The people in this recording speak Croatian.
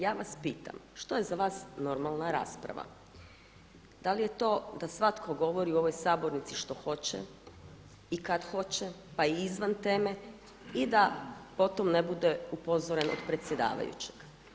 Ja vas pitam što je za vas normalna rasprava, da li je to da svatko govori u ovoj Sabornici šta hoće i kad hoće pa i izvan teme i da po tome ne bude upozoren od predsjedavajućeg.